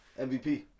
MVP